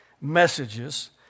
messages